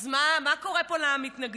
אז מה קורה פה למתנגדים?